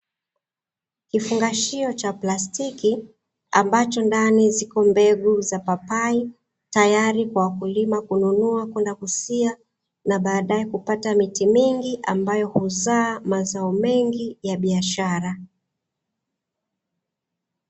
Kifungashio cha plastiki ambacho ndani zipo mbegu za papai, tayari kwa wakulima kununua kwenda kusiha na baadaye kupata miti mingi ambayo huzaa mazao mengi ya biashara.